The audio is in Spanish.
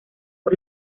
por